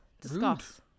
Discuss